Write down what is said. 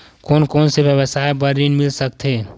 कोन कोन से व्यवसाय बर ऋण मिल सकथे?